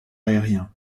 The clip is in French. aérien